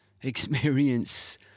experience